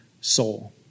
soul